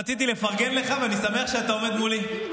רציתי לפרגן לך, ואני שמח שאתה עומד מולי.